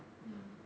ya